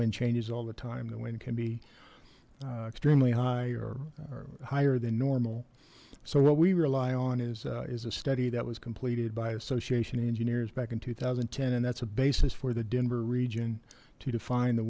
wind changes all the time that wind can be extremely high or higher than normal so what we rely on is is a study that was completed by association engineers back in two thousand and ten and that's a basis for the denver region to define the